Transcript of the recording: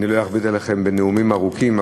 אני לא אכביד עליכם בנאומים ארוכים.